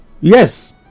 Yes